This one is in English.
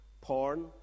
Porn